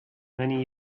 many